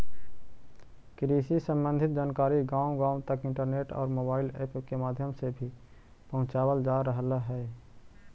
कृषि संबंधी जानकारी गांव गांव तक इंटरनेट और मोबाइल ऐप के माध्यम से भी पहुंचावल जा रहलई हे